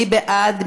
מי בעד?